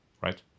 right